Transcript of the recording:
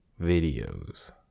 videos